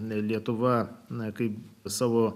lietuva na kaip savo